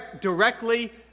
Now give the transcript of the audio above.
directly